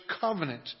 covenant